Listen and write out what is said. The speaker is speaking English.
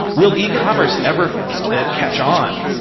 will e commerce ever catch on?